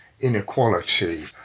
inequality